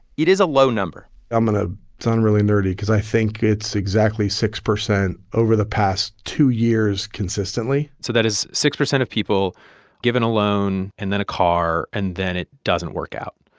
it is a low number i'm going to ah sound really nerdy cause i think it's exactly six percent over the past two years consistently so that is six percent of people given a loan and then a car and then it doesn't work out.